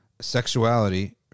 sexuality